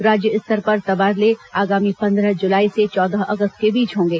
राज्य स्तर पर तबादले आगामी पन्द्रह जुलाई से चौदह अगस्त के बीच होंगे